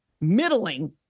middling